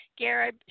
garib